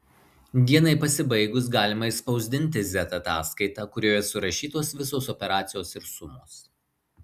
dienai pasibaigus galima išspausdinti z ataskaitą kurioje surašytos visos operacijos ir sumos